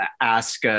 ask